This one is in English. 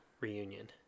reunion